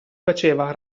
faceva